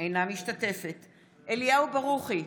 אינה משתתפת בהצבעה אליהו ברוכי,